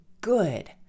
good